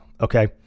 okay